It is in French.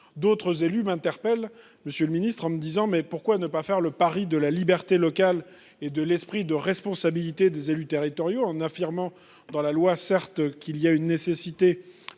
d'autres élus m'interpelle monsieur le ministre, en me disant, mais pourquoi ne pas faire le pari de la liberté locale et de l'esprit de responsabilité des élus territoriaux en